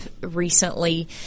recently